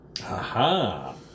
Aha